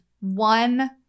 One